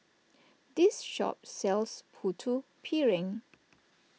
this shop sells Putu Piring